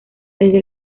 desde